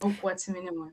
aukų atsiminimui